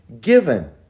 given